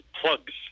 plugs